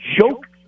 Joke